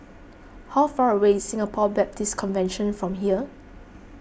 how far away is Singapore Baptist Convention from here